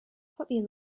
puppy